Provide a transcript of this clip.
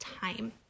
time